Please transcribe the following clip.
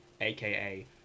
aka